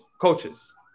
coaches